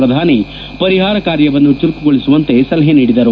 ಪ್ರಧಾನಿ ಪರಿಹಾರ ಕಾರ್ಯವನ್ನ ಚುರುಕುಗೊಳಿಸುವಂತೆ ಸಲಹೆ ಮಾಡಿದರು